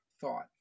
thought